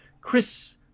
Chris